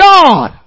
God